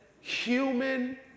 human